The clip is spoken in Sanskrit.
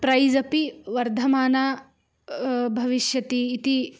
प्रैज़् अपि वर्धमाना भविष्यति इति